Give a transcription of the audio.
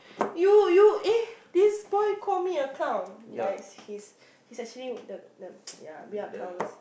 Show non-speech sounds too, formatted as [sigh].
you you eh this boy call me a clown guys his his actually the the [noise] yeah we are clowns